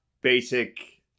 basic